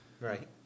Right